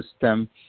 system